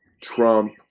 Trump